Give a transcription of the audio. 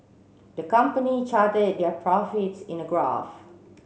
the company charted their profits in a graph